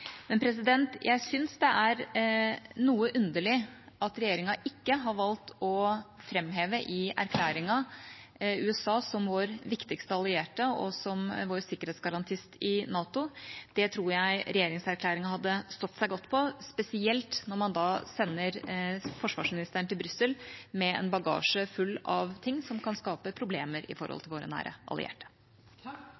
Men jeg syns det er noe underlig at regjeringa ikke har valgt å framheve i erklæringen USA som vår viktigste allierte og som vår sikkerhetsgarantist i NATO. Det tror jeg regjeringserklæringen hadde stått seg godt på, spesielt når man sender forsvarsministeren til Brussel med en bagasje full av ting som kan skape problemer